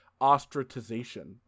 ostracization